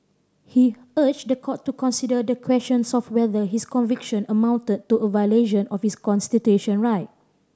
he urged the court to consider the questions of whether his conviction amounted to a violation of his constitution right